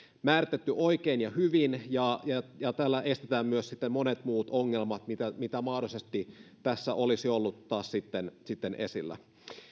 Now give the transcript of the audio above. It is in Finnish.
määritetty tämä oikein ja hyvin ja ja tällä estetään myös sitten monet muut ongelmat joita mahdollisesti tässä olisi ollut taas sitten sitten esillä